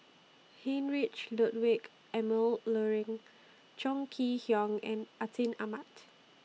Heinrich Ludwig Emil Luering Chong Kee Hiong and Atin Amat